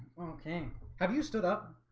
okay have you stood up?